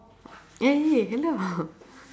eh eh hello